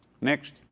next